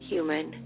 Human